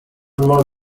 more